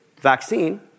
vaccine